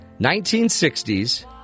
1960s